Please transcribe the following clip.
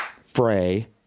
fray